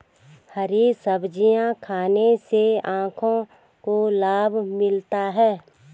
हरी सब्जियाँ खाने से आँखों को लाभ मिलता है